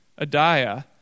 Adiah